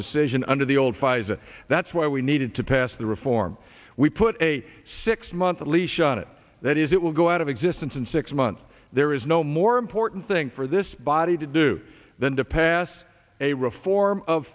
decision under the old fison that's why we needed to pass the reform we put a six month leash on it that is it will go out of existence in six months there is no more important thing for this body to do than to pass a reform of